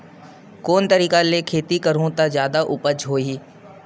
कोन तरीका ले खेती करहु त जादा उपज होही?